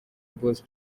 boss